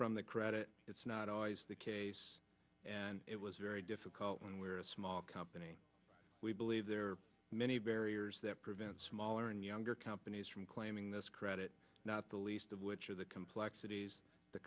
from the credit it's not always the case and it was very difficult when we were a small company we believe there are many barriers that prevent smaller and younger companies from claiming this credit not the least of which are the complexities the